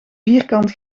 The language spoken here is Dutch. vierkant